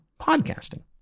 podcasting